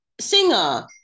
singer